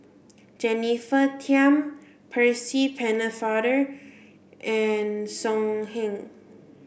Jennifer Tham Percy Pennefather and So Heng